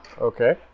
Okay